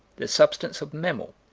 the substance of memel